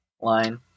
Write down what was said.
line